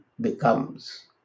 becomes